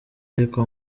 ariko